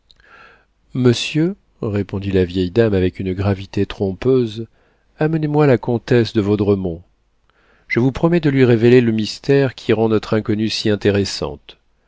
monsieur répondit la vieille dame avec une gravité trompeuse amenez-moi la comtesse de vaudremont je vous promets de lui révéler le mystère qui rend notre inconnue si intéressante